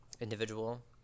individual